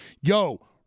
Yo